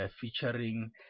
featuring